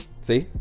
See